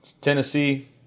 Tennessee